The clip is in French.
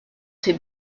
ses